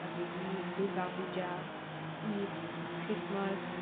ꯑꯗꯒꯤ ꯗꯨꯔꯒꯥ ꯄꯨꯖꯥ ꯏꯠ ꯈ꯭ꯔꯤꯁꯃꯁ